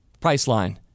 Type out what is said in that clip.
Priceline